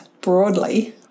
broadly